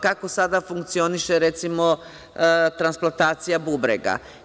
Kako sada funkcioniše recimo transplatacija bubrega?